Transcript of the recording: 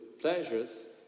pleasures